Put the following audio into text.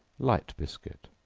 light biscuit.